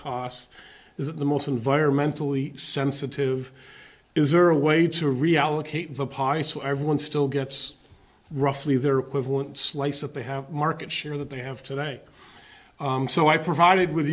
cost is the most environmentally sensitive is there a way to reallocate the pie so everyone still gets roughly their equivalent slice that they have market share that they have today so i provided with